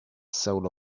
soul